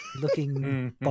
looking